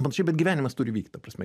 panašiai bet gyvenimas turi vykt ta prasme